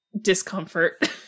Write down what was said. discomfort